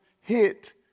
hit